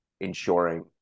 ensuring